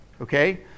okay